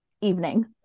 evening